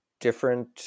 different